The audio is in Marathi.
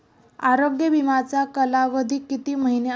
आरोग्य विमाचा कालावधी किती महिने असतो?